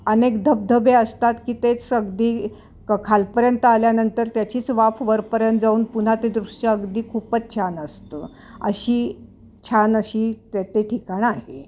अनेक धबधबे असतात की तेच अगदी क खालपर्यंत आल्यानंतर त्याचीच वाफ वरपर्यंत जाऊन पुन्हा ते दृष्य अगदी खूपच छान असतं अशी छान अशी ते ठिकाण आहे